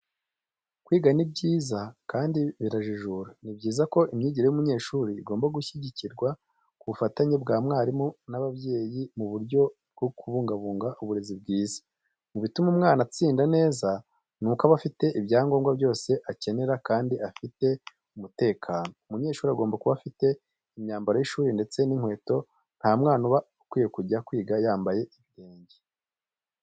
Kwiga ni byiza kandi birajijura, ni byiza ko imyigire y'umunyeshuri igomba gushyigikirwa ku bufatanye bw'abarimu n'ababyeyi mu buryo bwo kubungabunga uburezi bwiza. Mu bituma umwana atsinda neza nuko aba afite ibyangombwa byose akenera kandi afite umutekano, umunyeshuri agomba kuba afite imyambaro y'ishuri ndetse n'inkweto nta mwana uba ukwiye kujya kwiga yambaye ibirenge.